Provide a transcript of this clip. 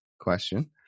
question